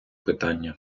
питання